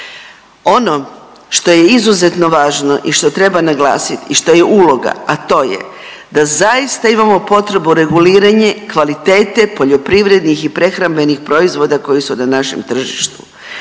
Ono što je izuzetno važno i što treba naglasiti i što je uloga, a to je da zaista imamo potrebu reguliranje kvalitete poljoprivrednih i prehrambenih proizvoda koji su na našem tržištu,